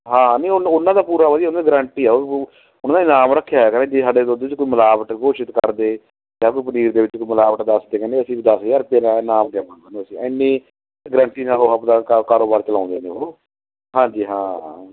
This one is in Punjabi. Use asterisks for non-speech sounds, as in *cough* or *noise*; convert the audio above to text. ਹਾਂ ਨਹੀਂ ਉਹ ਉਹਨਾਂ ਦਾ ਪੂਰਾ ਵਧੀਆ ਉਹਨਾਂ ਦੀ ਗਰੰਟੀ ਆ *unintelligible* ਉਹਨਾਂ ਨੇ ਇਨਾਮ ਰੱਖਿਆ ਹੈਗਾ ਜੇ ਸਾਡੇ ਦੁੱਧ 'ਚ ਕੋਈ ਮਿਲਾਵਟ ਘੋਸ਼ਿਤ ਕਰਦੇ ਜਾਂ ਕੋਈ ਪਨੀਰ ਦੇ ਵਿੱਚ ਕੋਈ ਮਿਲਾਵਟ ਦੱਸਦੇ ਕਹਿੰਦੇ ਅਸੀਂ ਵੀ ਦਸ ਹਜ਼ਾਰ ਰੁਪਏ ਦਾ ਇਨਾਮ ਦੇਵਾਂਗੇ ਅਸੀਂ ਐਨੀ ਗਰੰਟੀ ਨਾਲ ਉਹ ਆਪਦਾ ਕਾ ਕਾਰੋਬਾਰ ਚਲਾਉਂਦੇ ਨੇ ਉਹ ਹਾਂਜੀ ਹਾਂ ਹਾਂ